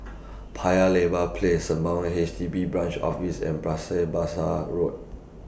Paya Lebar Place Sembawang H D B Branch Office and Bras Basah Road